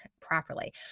properly